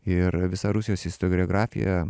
ir visa rusijos istoriografija